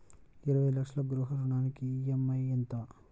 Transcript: ఇరవై లక్షల గృహ రుణానికి ఈ.ఎం.ఐ ఎంత?